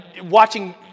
watching